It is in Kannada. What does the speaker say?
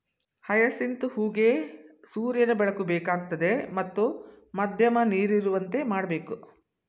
ಹಯಸಿಂತ್ ಹೂಗೆ ಸೂರ್ಯನ ಬೆಳಕು ಬೇಕಾಗ್ತದೆ ಮತ್ತು ಮಧ್ಯಮ ನೀರಿರುವಂತೆ ಮಾಡ್ಬೇಕು